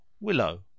willow